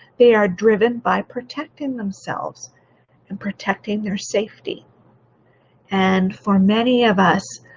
they are driven by protecting themselves and protecting your safety and for many of us,